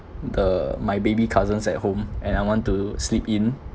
the my baby cousins' at home and I want to sleep in